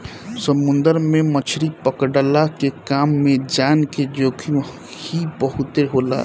समुंदर में मछरी पकड़ला के काम में जान के जोखिम ही बहुते होला